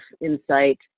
insight